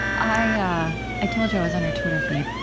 i yeah i told you i was on your twitter feed,